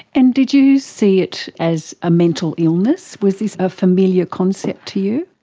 and did you see it as a mental illness? was this a familiar concept to you?